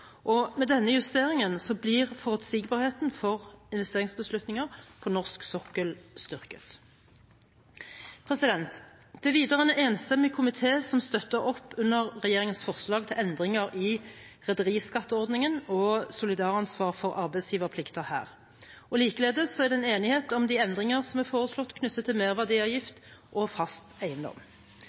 rammebetingelsene. Med denne justeringen blir forutsigbarheten for investeringsbeslutninger på norsk sokkel styrket. Det er videre en enstemmig komité som støtter opp under regjeringens forslag til endringer i rederiskatteordningen og solidaransvar for arbeidsgiverplikter her, og likeledes er det enighet om de endringer som er foreslått knyttet til merverdiavgift og fast eiendom.